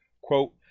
Quote